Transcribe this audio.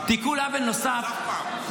הבנתי, אז אף פעם.